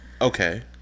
Okay